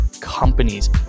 companies